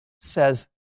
says